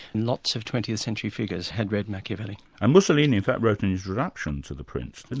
lots of twentieth century figures have read machiavelli. and mussolini in fact wrote an introduction to the prince, and